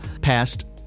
passed